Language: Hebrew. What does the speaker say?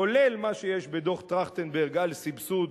כולל מה שיש בדוח-טרכטנברג על סבסוד